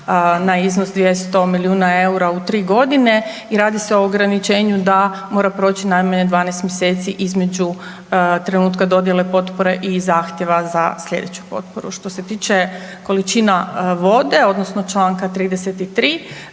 na iznos 200 milijuna eura u tri godine i radi se o ograničenju da mora proći najmanje 12 mjeseci između trenutka dodjele potpore i zahtjeva za sljedeću potporu. Što se tiče količina vode odnosno čl. 33.,